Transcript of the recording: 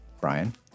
Brian